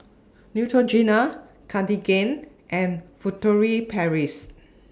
Neutrogena Cartigain and Furtere Paris